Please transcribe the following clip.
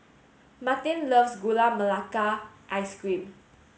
martin loves Gula Melaka ice cream